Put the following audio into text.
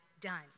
done